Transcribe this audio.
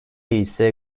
ise